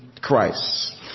Christ